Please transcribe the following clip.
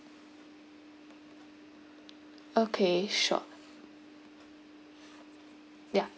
okay sure ya